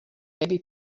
maybe